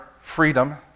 freedom